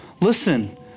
Listen